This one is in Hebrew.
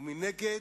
ומנגד,